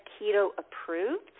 keto-approved